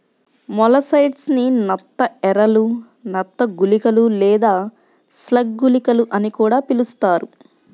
molluscicides ని నత్త ఎరలు, నత్త గుళికలు లేదా స్లగ్ గుళికలు అని కూడా పిలుస్తారు